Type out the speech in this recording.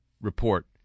report